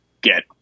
get